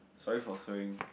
sorry for swearing